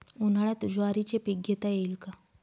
उन्हाळ्यात ज्वारीचे पीक घेता येईल का?